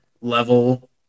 level